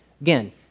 again